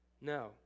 No